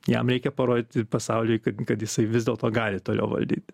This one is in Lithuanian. jam reikia parodyti pasauliui kad kad jisai vis dėlto gali toliau valdyt